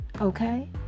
okay